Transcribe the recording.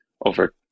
over